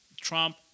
Trump